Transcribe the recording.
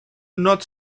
not